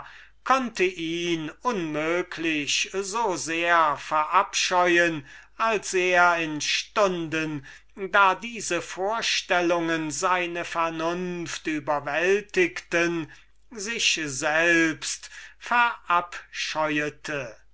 konnte ihn unmöglich so sehr verabscheuen als er in den stunden da diese vorstellungen seine vernunft überwältigten sich selbst